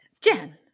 Jen